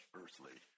earthly